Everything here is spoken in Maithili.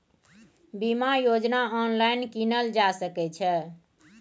बीमा योजना ऑनलाइन कीनल जा सकै छै?